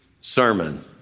sermon